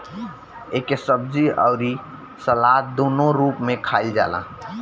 एके सब्जी अउरी सलाद दूनो रूप में खाईल जाला